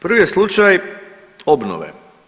Prvi je slučaj obnove.